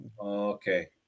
Okay